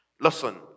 Listen